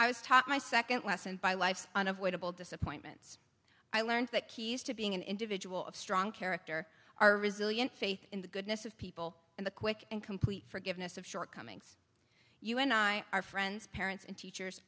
i was taught my second lesson by life's unavoidable disappointments i learned that keys to being an individual of strong character are resilient faith in the goodness of people and the quick and complete forgiveness of shortcomings you and i are friends parents and teachers